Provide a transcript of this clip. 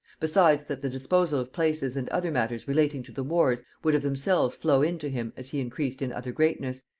besides that the disposal of places and other matters relating to the wars, would of themselves flow in to him as he increased in other greatness,